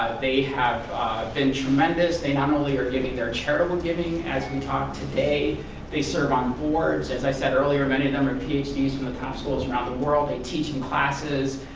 they have been tremendous. they not only are giving their charitable giving as we talk today they serve on boards. as i said earlier many of them are ph ds. from the top schools around the world, they teach and classes,